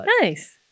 nice